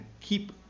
keep